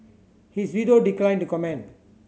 his widow declined to comment